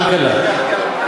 כלכלה, כלכלה.